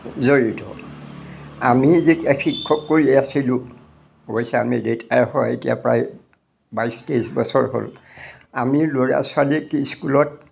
জড়িত আমি যেতিয়া শিক্ষক কৰি আছিলোঁ অৱশ্যে আমি ৰিটায়াৰ হোৱা এতিয়া প্ৰায় বাইছ তেইছ বছৰ হ'ল আমি ল'ৰা ছোৱালীক স্কুলত